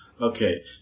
okay